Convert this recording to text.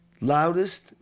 Loudest